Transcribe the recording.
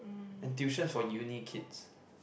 and tuition for uni kids